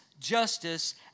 justice